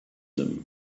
them